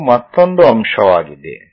ಇವು ಮತ್ತೊಂದು ಅಂಶವಾಗಿದೆ